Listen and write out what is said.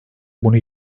bunu